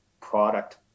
product